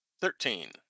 Thirteen